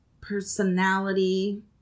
personality